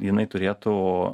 jinai turėtų